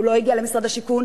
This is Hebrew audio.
הוא לא הגיע למשרד השיכון,